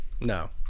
No